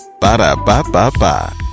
ba-da-ba-ba-ba